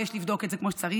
ויש לבדוק את זה כמו שצריך.